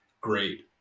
Great